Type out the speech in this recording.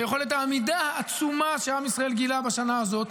ויכולת העמידה העצומה שעם ישראל גילה בשנה הזאת,